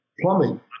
Plumbing